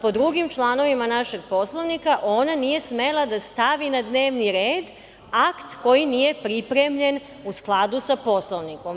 Po drugim članovima našeg Poslovnika, ona nije smela da stavi na dnevni red akt koji nije pripremljen u skladu sa Poslovnikom.